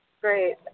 Great